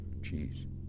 Jeez